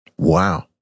Wow